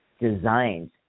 designed